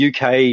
uk